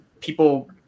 people